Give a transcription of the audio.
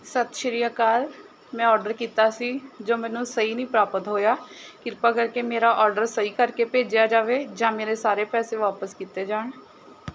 ਸਤਿ ਸ਼੍ਰੀ ਅਕਾਲ ਮੈਂ ਔਡਰ ਕੀਤਾ ਸੀ ਜੋ ਮੈਨੂੰ ਸਹੀ ਨਹੀਂ ਪ੍ਰਾਪਤ ਹੋਇਆ ਕਿਰਪਾ ਕਰਕੇ ਮੇਰਾ ਔਡਰ ਸਹੀ ਕਰਕੇ ਭੇਜਿਆ ਜਾਵੇ ਜਾਂ ਮੇਰੇ ਸਾਰੇ ਪੈਸੇ ਵਾਪਸ ਕੀਤੇ ਜਾਣ